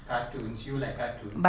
cartoons you like cartoons